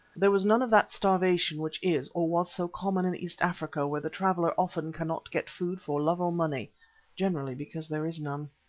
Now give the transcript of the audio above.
there was none of that starvation which is, or was, so common in east africa where the traveller often cannot get food for love or money generally because there is none.